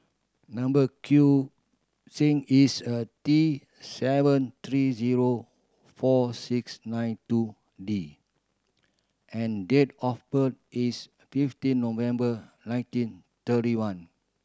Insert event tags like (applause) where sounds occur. number (unintelligible) is a T seven three zero four six nine two D and date of birth is fifteen November nineteen thirty one